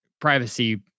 privacy